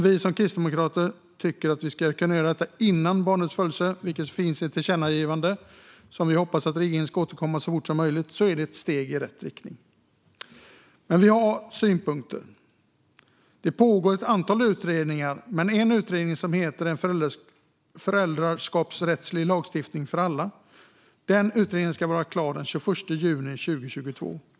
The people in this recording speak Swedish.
Vi kristdemokrater tycker att man ska kunna göra detta även innan barnets födelse, och det finns ett tillkännagivande om detta som vi hoppas att regeringen ska återkomma om så fort som möjligt. Men det här är i alla fall ett steg i rätt riktning. Vi har synpunkter. Det pågår ett antal utredningar, och en utredning som heter En föräldraskapsrättslig lagstiftning för alla ska vara klar den 21 juni 2022.